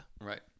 Right